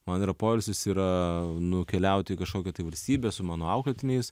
man yra poilsis yra nukeliauti į kažkokią tai valstybę su mano auklėtiniais